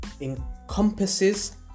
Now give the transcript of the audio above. encompasses